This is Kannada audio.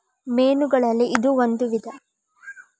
ಮೇನುಗಳಲ್ಲಿ ಇದು ಒಂದ ವಿಧಾ